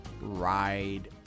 ride